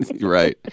Right